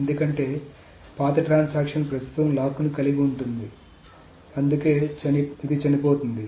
ఎందుకంటే పాత ట్రాన్సాక్షన్ ప్రస్తుతం లాక్ను కలిగి ఉంది అందుకే ఇది చనిపోతుంది